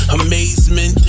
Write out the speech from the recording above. amazement